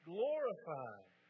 Glorified